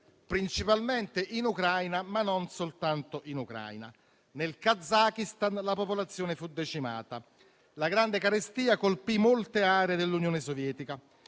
principalmente in Ucraina, ma non soltanto in Ucraina; nel Kazakistan la popolazione fu decimata. La grande carestia colpì molte aree dell'Unione Sovietica.